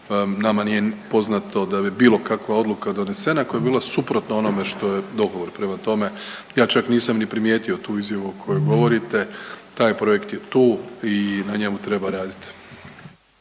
Nama nije poznato da bi bilo kakva odluka donesena koja bi bila suprotna onome što je dogovor. Prema tome, ja čak nisam ni primijetio tu izjavu o kojoj govorite. Taj projekt je tu i na njemu treba raditi.